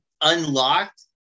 unlocked